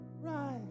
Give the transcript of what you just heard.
Right